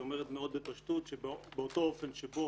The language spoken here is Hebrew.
שאומרת מאוד בפשטות שבאותו אופן שבו